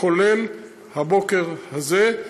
כולל הבוקר הזה.